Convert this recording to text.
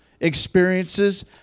experiences